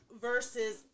versus